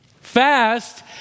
Fast